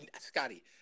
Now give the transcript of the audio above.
Scotty